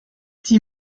die